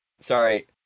Sorry